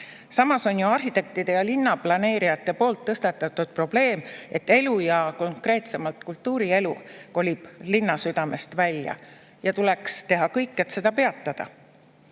Samas on arhitektid ja linnaplaneerijad ju tõstatanud probleemi, et elu, konkreetsemalt kultuurielu kolib linnasüdamest välja ja meil tuleks teha kõik, et seda peatada.